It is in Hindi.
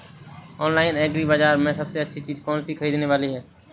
ऑनलाइन एग्री बाजार में सबसे अच्छी चीज कौन सी ख़रीदने वाली है?